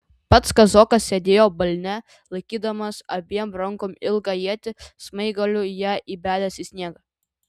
pats kazokas sėdėjo balne laikydamas abiem rankom ilgą ietį smaigaliu ją įbedęs į sniegą